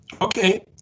okay